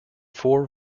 four